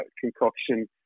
concoction